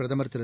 பிரதமர் திரு